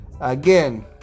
Again